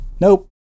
Nope